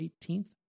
18th